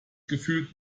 gefühlt